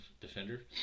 defender